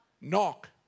knock